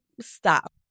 stop